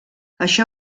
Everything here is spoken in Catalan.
això